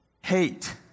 hate